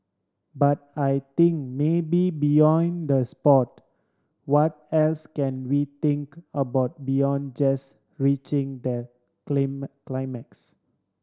but I think maybe beyond the sport what else can we think about beyond just reaching that climax